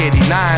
89